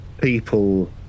people